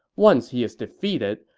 once he is defeated,